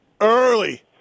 early